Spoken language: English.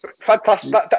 Fantastic